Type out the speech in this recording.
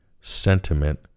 sentiment